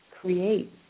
create